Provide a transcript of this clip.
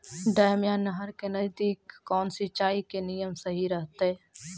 Dam या नहर के नजदीक कौन सिंचाई के नियम सही रहतैय?